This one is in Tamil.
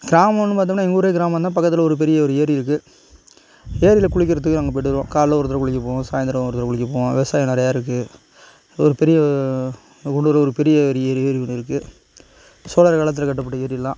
கிராமன்னு பார்த்தோம்ன்னா எங்கள் ஊரே கிராமம் தான் பக்கத்தில் ஒரு பெரிய ஒரு ஏரி இருக்கு ஏரியில் குளிக்கிறதுக்கு அங்கே போயிவிட்டு வருவோம் காலைல ஒரு தடவை குளிக்கப் போவோம் சாய்ந்தரம் ஒரு தடவை குளிக்கப் போவோம் விவசாயம் நிறையா இருக்கு அது ஒரு பெரிய உள்ளூரில் ஒரு பெரிய ஒரு ஏரி ஏரி ஒன்று இருக்கு சோழர் காலத்தில் கட்டப்பட்ட ஏரிலாம்